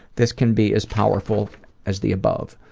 this can be as powerful as the above.